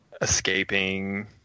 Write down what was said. escaping